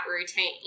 routine